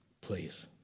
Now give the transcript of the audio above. please